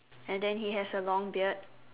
and then he has a long beard